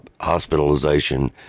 hospitalization